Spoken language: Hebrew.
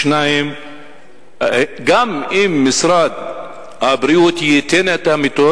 2. גם אם משרד הבריאות ייתן את המיטות,